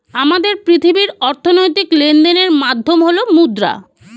আমাদের পৃথিবীর অর্থনৈতিক লেনদেনের মাধ্যম হল মুদ্রা